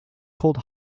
called